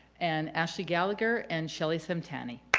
and ashley gallagher, and shellie samtani.